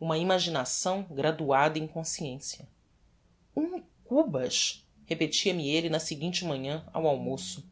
uma imaginação graduada em consciência um cubas repetia me elle na seguinte manhã ao almoço